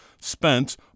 spent